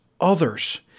others